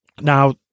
Now